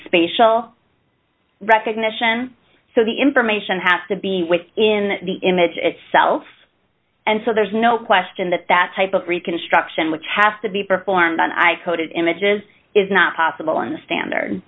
spatial recognition so the information has to be with in the image itself and so there's no question that that type of reconstruction which has to be performed on i coded images is not possible in the standard